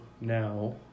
now